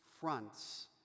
fronts